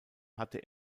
hatte